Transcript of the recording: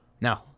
No